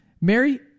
Mary